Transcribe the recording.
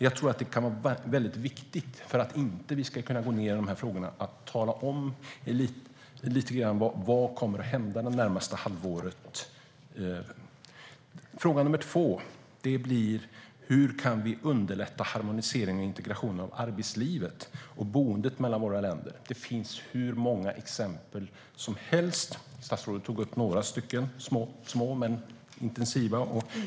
Jag tror att det kan vara viktigt för att vi inte ska gå ned i de här frågorna att tala om vad som kommer att hända det närmaste halvåret. Fråga nummer två är hur vi kan underlätta harmoniseringen och integrationen av arbetslivet och boendet mellan våra länder. Det finns hur många exempel som helst. Statsrådet tog upp några stycken - små men intensiva.